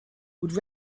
would